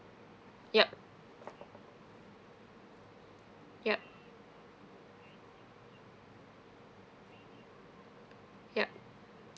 yup yup yup